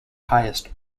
highest